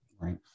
Right